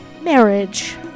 Marriage